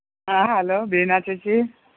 ആ ഹലോ ബീനാ ചേച്ചീ